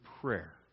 prayer